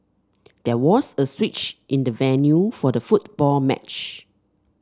there was a switch in the venue for the football match